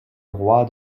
roi